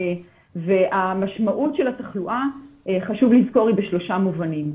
המשמעות של התחלואה היא בשלושה מובנים.